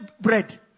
bread